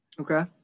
Okay